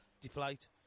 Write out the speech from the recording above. deflate